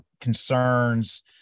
concerns